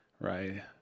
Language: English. Right